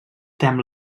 tem